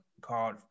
called